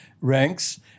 ranks